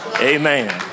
Amen